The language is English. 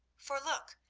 for look,